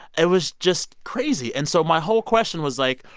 it was just crazy. and so my whole question was, like,